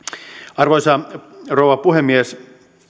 arvoisa rouva puhemies